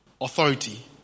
authority